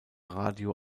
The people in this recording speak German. radio